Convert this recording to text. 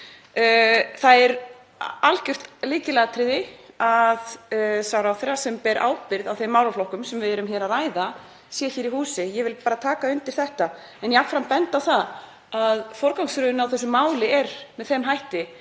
Það er algjört lykilatriði að sá ráðherra sem ber ábyrgð á þeim málaflokkum sem við erum að ræða sé hér í húsi. Ég vil bara taka undir þetta en jafnframt benda á að forgangsröðunin er með þeim hætti